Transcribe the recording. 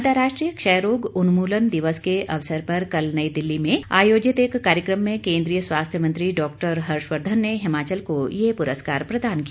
अंतरराष्ट्रीय क्षय रोग उन्मूलन दिवस के अवसर पर कल नई दिल्ली में आयोजित एक कार्यक्रम में केंद्रीय स्वास्थ्य मंत्री डॉ हर्षवर्धन ने हिमाचल को ये पुरस्कार प्रदान किया